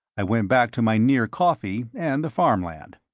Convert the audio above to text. i went back to my near-coffee and the farmland.